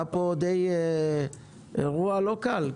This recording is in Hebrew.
היה פה אירוע לא קל.